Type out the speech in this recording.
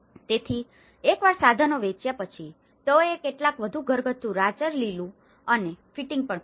તેથી એકવાર સાધનો વેચ્યા પછી તેઓએ કેટલાક વધુ ઘરગથ્થુ રાચરચીલું અને ફિટિંગ પણ ખરીદ્યા